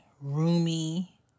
roomy